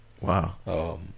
Wow